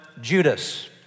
Judas